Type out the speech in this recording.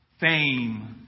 fame